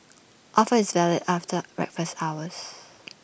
offer is valid after breakfast hours